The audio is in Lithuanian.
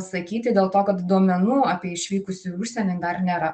sakyti dėl to kad duomenų apie išvykusių į užsienį dar nėra